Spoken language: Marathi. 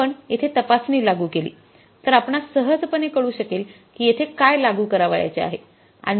आपण येथे तपासणी लागू केली तर आपणास सहजपणे कळू शकेल की येथे काय लागू करावयाचे आहे